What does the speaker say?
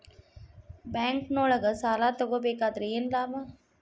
ಬ್ಯಾಂಕ್ನೊಳಗ್ ಸಾಲ ತಗೊಬೇಕಾದ್ರೆ ಏನ್ ಲಾಭ?